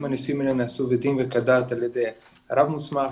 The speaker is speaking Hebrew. אם הנישואים האלה נעשו כדין וכדת על ידי רב מוסמך.